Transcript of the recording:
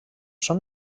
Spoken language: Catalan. són